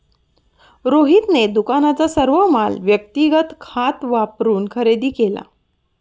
रोहितने दुकानाचा सर्व माल व्यक्तिगत खात वापरून खरेदी केला